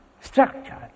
structure